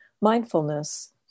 mindfulness